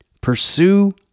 pursue